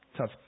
tough